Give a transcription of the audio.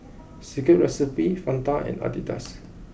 Secret Recipe Fanta and Adidas